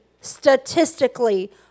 statistically